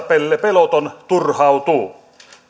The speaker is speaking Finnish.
pelle peloton turhautuu